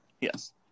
Yes